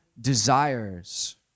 desires